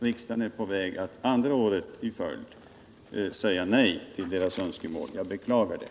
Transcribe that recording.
Riksdagen är på väg att för andra året i följd säga nej till deras 55 önskemål, och jag beklagar det.